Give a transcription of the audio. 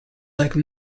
like